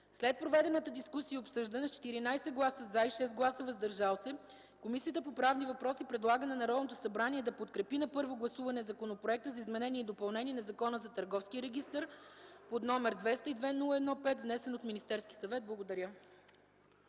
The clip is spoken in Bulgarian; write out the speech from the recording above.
След проведената дискусия и обсъждане, с 14 гласа „за” и 6 гласа „въздържал се”, Комисията по правни въпроси предлага на Народното събрание да подкрепи на първо гласуване Законопроект за изменение и допълнение на Закона за Търговския регистър, № 202-01-5, внесен от Министерски съвет на 30.